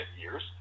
years